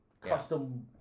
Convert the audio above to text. custom